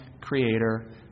creator